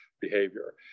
behavior